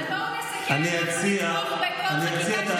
אבל בואו נסכם שאנחנו נתמוך בכל חקיקה שתביאו,